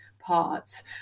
parts